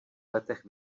letech